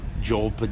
Joel